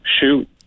shoot